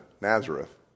Nazareth